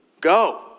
Go